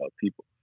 people